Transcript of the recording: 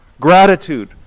gratitude